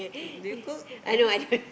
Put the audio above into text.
do you cook at home